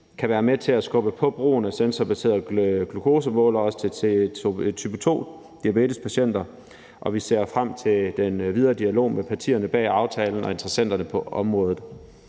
kan være med til at skubbe på med hensyn til brugen af sensorbaserede glukosemålere, også til type 2-diabetespatienter, og vi ser frem til den videre dialog med partierne bag aftalen og interessenterne på området.